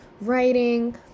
writing